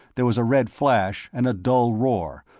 there was a red flash and a dull roar,